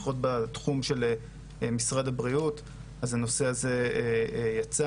לפחות בתחום של משרד הבריאות הנושא הזה יצא.